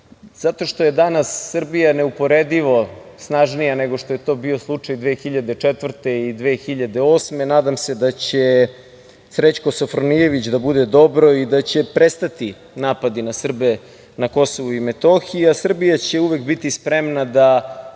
Srbija je danas neuporedivo snažnija nego što je to bio slučaj 2004. i 2008. godine. Nadam se da će Srećko Sofronijević da bude dobro i da će prestati napadi na Srbe na Kosovu i Metohiji, a Srbija će uvek biti spremna da